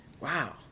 Wow